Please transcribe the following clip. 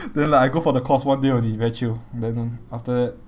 then like I go for the course one day only very chill then after that